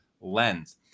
lens